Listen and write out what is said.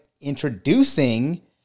introducing